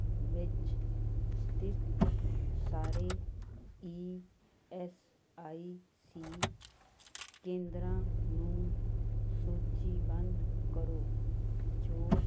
ਵਿੱਚ ਸਥਿਤ ਸਾਰੇ ਈ ਐੱਸ ਆਈ ਸੀ ਕੇਂਦਰਾਂ ਨੂੰ ਸੂਚੀਬੱਧ ਕਰੋ ਜੋ